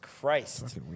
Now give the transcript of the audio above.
Christ